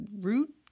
Root